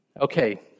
okay